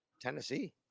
Tennessee